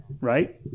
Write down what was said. right